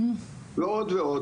לא עוד ועוד,